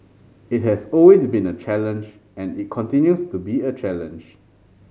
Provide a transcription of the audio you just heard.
it has always been a challenge and it continues to be a challenge